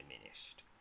diminished